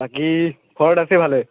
বাকী ঘৰত আছে ভালে